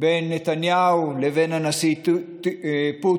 בין נתניהו לבין הנשיא פוטין,